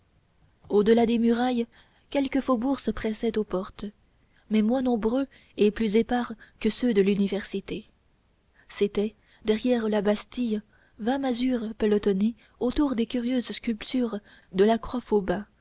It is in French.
delà des murailles quelques faubourgs se pressaient aux portes mais moins nombreux et plus épars que ceux de l'université c'étaient derrière la bastille vingt masures pelotonnées autour des curieuses sculptures de la